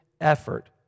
effort